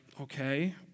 okay